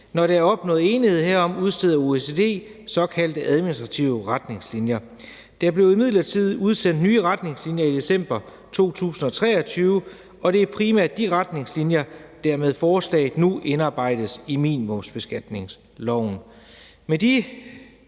Når der er opnået enighed herom, udsteder OECD såkaldte administrative retningslinjer. Der blev imidlertid udsendt nye retningslinjer i december 2023, og det er primært de retningslinjer, der med forslaget nu indarbejdes i minimumsbeskatningsloven. Med de